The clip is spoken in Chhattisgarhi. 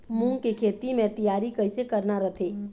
मूंग के खेती के तियारी कइसे करना रथे?